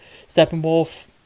Steppenwolf